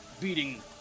beating